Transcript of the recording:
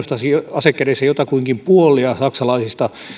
ase kädessä kiinnostaisi jotakuinkin puolta saksalaisista